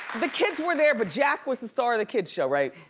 the kids were there, but jack was the star of the kid's show, right?